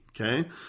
Okay